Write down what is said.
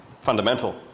fundamental